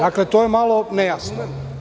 Dakle, to je malo nejasno.